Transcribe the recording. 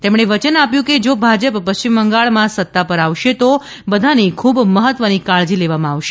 તેમણે વચન આપ્યું કે જો ભાજપ પશ્ચિમ બંગાળમાં સત્તા પર આવશે તો આ બધાની ખૂબ મહત્ત્વની કાળજી લેવામાં આવશે